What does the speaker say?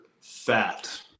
fat